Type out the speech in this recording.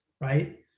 Right